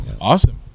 awesome